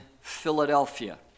Philadelphia